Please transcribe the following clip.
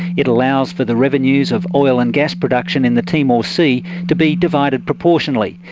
it allows for the revenues of oil and gas production in the timor sea to be divided proportionally.